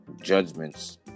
judgments